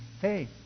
Hey